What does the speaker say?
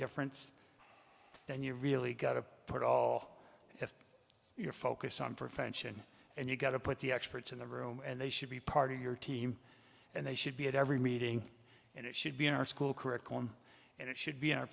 difference then you really got to put all your focus on perfection and you've got to put the experts in the room and they should be part of your team and they should be at every meeting and it should be in our school curriculum and it should be